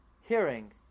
Hearing